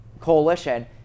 coalition